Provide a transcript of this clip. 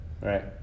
Right